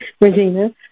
Regina